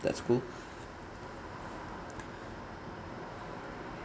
that's cool